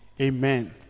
Amen